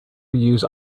use